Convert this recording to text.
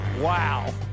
Wow